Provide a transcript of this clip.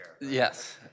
Yes